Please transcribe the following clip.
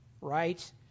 right